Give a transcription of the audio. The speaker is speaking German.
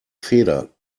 feder